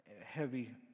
heavy